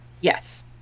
yes